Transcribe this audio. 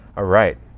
ah right.